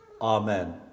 amen